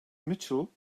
mitchell